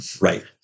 Right